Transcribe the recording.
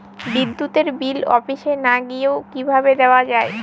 বিদ্যুতের বিল অফিসে না গিয়েও কিভাবে দেওয়া য়ায়?